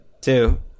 Two